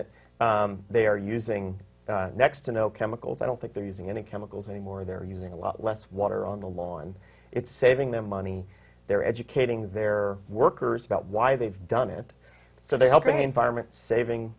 it they are using next to no chemicals i don't think they're using any chemicals anymore they're using a lot less water on the lawn it's saving them money they're educating their workers about why they've done it so they're helping the environment saving